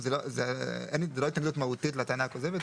לא התנגדות מהותית לטענה הכוזבת,